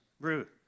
Ruth